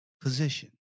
position